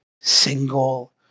single